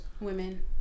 Women